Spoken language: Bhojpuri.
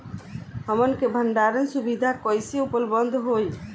हमन के भंडारण सुविधा कइसे उपलब्ध होई?